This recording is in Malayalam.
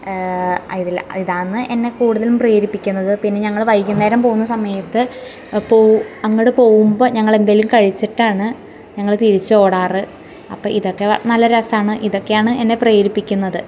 ആ ഇതെല്ലം ഇതാന്ന് എന്നെ കൂടുതലും പ്രേരിപ്പിക്കുന്നത് പിന്നെ ഞങ്ങൾ വൈകുന്നേരം പോകുന്ന സമയത്ത് പോകും അങ്ങട് പോകുമ്പോൾ ഞങ്ങളെന്തെലും കഴിച്ചിട്ടാണ് ഞങ്ങൾ തിരിച്ച് ഓടാറ് അപ്പോൾ ഇതൊക്കെ നല്ല രസമാണ് ഇതൊക്കെയാണ് എന്നെ പ്രരിപ്പിക്കുന്നത്